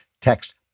Text